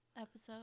episode